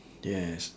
yes